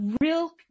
real